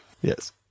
Yes